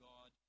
God